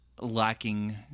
lacking